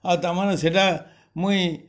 ଆଉ ତାମାନେ ସେଇଟା ମୁଇଁ